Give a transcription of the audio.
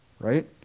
Right